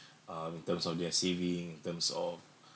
um in terms of their saving in terms of